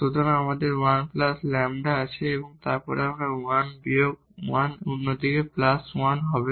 সুতরাং আমাদের 1 λ আছে এবং তারপর এই 1 এই বিয়োগ 1 অন্য দিকে প্লাস 1 যাবে